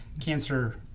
cancer